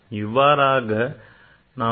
இவ்வாறாக நாம் சார்பு பிழையை கண்டறியலாம்